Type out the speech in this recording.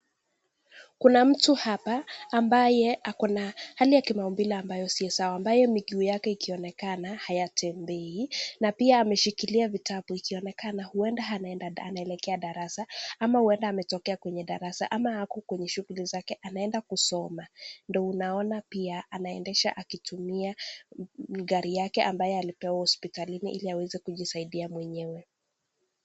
Kuna mtu hapa, ambaye ako na, hali ya kimaumbile ambayo si sawa, ambaye miguu yake ikionekana, hayatembei, na pia ameshikilia vitabu, ikionekana huenda hana anaelekea darasa, ama huenda ametokea kwenye darasa, ama ako kwenye shuguli zake anaenda kusoma, ndo unaona pia, anaendesha akitumia, gari yake ambayo alipewa hospitalini ili aweze kujisaidia mwenyewe.